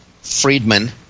Friedman